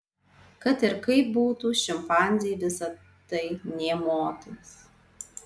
kad ir kaip būtų šimpanzei visa tai nė motais